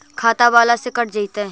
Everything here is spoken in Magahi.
खाता बाला से कट जयतैय?